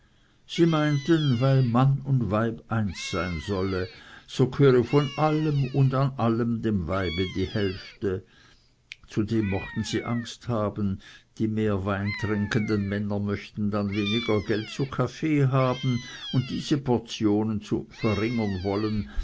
sie meinten weil mann und weib eins sein solle so gehöre von allem und an allem dem weibe die hälfte zudem mochten sie angst haben die mehr wein trinkenden männer möchten dann weniger geld zu kaffee haben und diese portionen verringern wollen